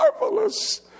marvelous